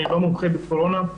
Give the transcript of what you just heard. אני לא מומחה בקורונה.